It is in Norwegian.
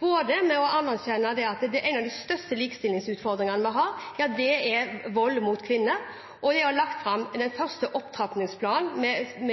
både med å anerkjenne at en av de største likestillingsutfordringene vi har, er vold mot kvinner, og med at vi har lagt fram den første opptrappingsplanen